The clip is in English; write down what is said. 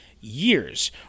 years